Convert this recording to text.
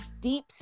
deep